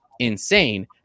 insane